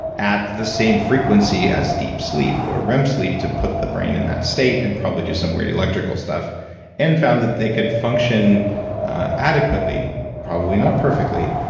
at the same frequency as deep sleep, or rem sleep, to put the brain in that state, and probably do some weird electrical stuff and found that they could function adequately, probably not perfectly,